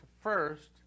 first